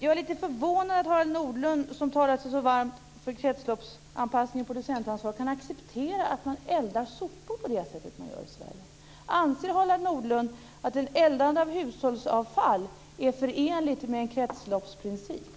Jag är lite förvånad över att Harald Nordlund, som talar sig varm för kretsloppsanpassning och producentansvar, kan acceptera att man eldar sopor på det sätt som sker i Sverige. Anser Harald Nordlund att uppeldande av hushållsavfall är förenligt med en kretsloppsprincip?